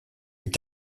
est